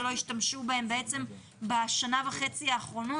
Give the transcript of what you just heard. שלא השתמשו בהם בשנה וחצי האחרונות?